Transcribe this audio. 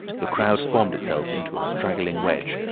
the crowd formed itself into a straggling wedge,